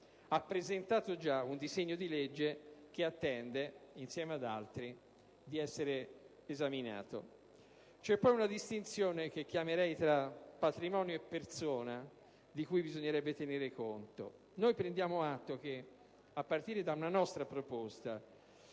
già presentato un disegno di legge che, insieme ad altri, attende di essere esaminato. C'è poi una distinzione, che definirei tra patrimonio e persona, di cui bisognerebbe tenere conto. Prendiamo atto che, a partire da una nostra proposta,